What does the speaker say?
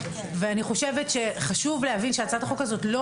אני חושבת שחשוב להבין שהצעת החוק הזאת לא